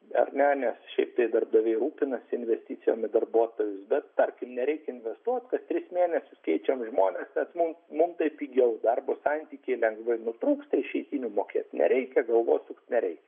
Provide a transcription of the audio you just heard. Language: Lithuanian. ar ne nes šiaip tai darbdaviai rūpinasi investicijom į darbuotojus bet tarkim nereikia investuot kas tris mėnesius keičiam žmones nes mums mum pigiau darbo santykiai lengvai nutrūksta išeitinių mokėt nereikia galvos sukt nereikia